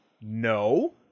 no